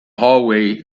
hallway